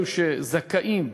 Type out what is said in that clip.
הזכאים,